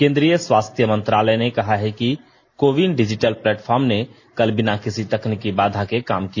केन्द्रीय स्वास्थ्य मंत्रालय ने कहा है कि कोविन डिजिटल प्लेटफॉर्म ने कल बिना किसी तकनीकी बाधा के काम किया